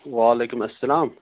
وعلیکُم اَسَلام